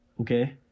Okay